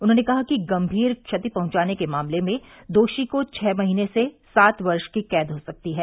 उन्होंने कहा कि गंभीर क्षति पहुंचाने के मामले में दोषी को छह महीने से सात वर्ष की कैद हो सकती है